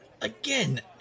Again